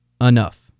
enough